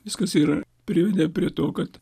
viskas yra privedė prie to kad